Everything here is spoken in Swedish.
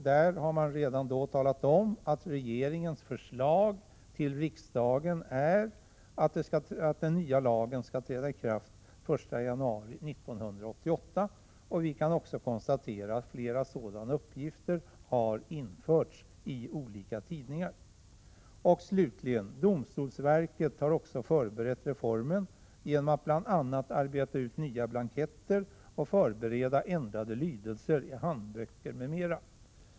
Där har man redan talat om, att regeringens förslag till riksdagen är att den nya lagen skall träda i kraft den 1 januari 1988. Vi kan också konstatera att flera sådana uppgifter har införts i olika tidningar. Slutligen: Domstolsverket har också förberett reformen genom att bl.a. arbeta ut nya blanketter och förbereda ändrade lydelser i handböcker m.m.